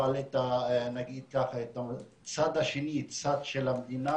אבל את הצד השני, את הצד של המדינה,